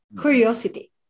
Curiosity